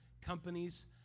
companies